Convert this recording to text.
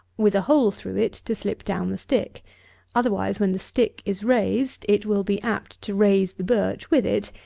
with a hole through it to slip down the stick otherwise when the stick is raised it will be apt to raise the birch with it,